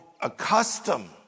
accustomed